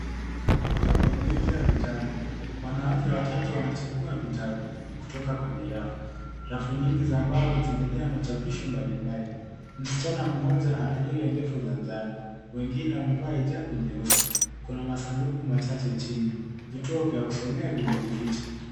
Maktaba iliyojaa vitabu. Wanawake watatu wanachagua vitabu kutoka kwenye rafu. Rafu nyingi za mbao zimejaa machapisho mbalimbali. Msichana mmoja ana nywele ndefu za njano, wengine wamevaa hijabu nyeusi. Kuna masanduku machache chini. Vituo vya kusomea vimejificha.